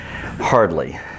Hardly